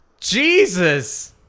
Jesus